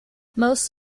most